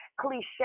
cliche